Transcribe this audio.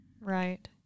Right